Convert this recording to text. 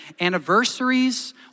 Anniversaries